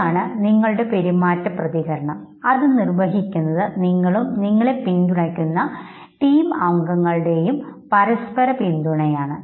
അതാണ് നിങ്ങളുടെ പെരുമാറ്റ പ്രതികരണം അത് നിർവ്വഹിക്കുന്നത് നിങ്ങളും നിങ്ങളെ പിന്തുണയ്കുന്ന ടീം അംഗങ്ങളുടെയും പരസ്പര പിന്തുണയാണ്